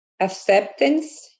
acceptance